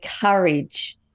courage